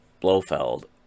Blofeld